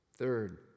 Third